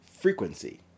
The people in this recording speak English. frequency